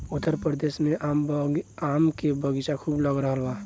उत्तर प्रदेश में आम के बगीचा खूब लाग रहल बा